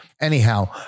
Anyhow